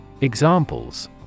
Examples